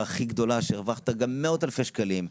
הכי גדולה והרווחת גם מאות אלפי שקלים,